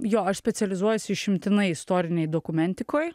jo aš specializuojuosi išimtinai istorinėj dokumentikoj